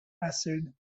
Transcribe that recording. acid